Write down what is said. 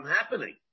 happening